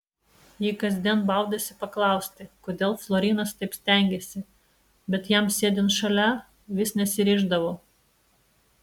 ji kasdien baudėsi paklausti kodėl florinas taip stengiasi bet jam sėdint šalia vis nesiryždavo